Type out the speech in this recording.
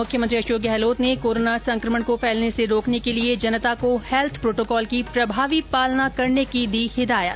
मुख्यमंत्री अशोक गहलोत ने कोरोना संकमण को फैलने से रोकने के लिए जनता को हैल्थ प्रोटोकॉल की प्रभावी पालना करने की दी हिदायत